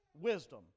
wisdom